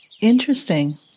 Interesting